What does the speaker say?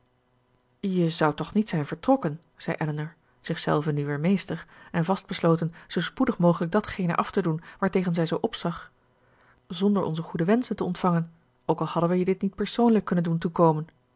je zoudt toch niet zijn vertrokken zei elinor zichzelve nu weer meester en vastbesloten zoo spoedig mogelijk datgene af te doen waartegen zij zoo opzag zonder onze goede wenschen te ontvangen ook al hadden we je die niet persoonlijk kunnen doen toekomen